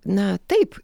na taip